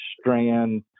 strand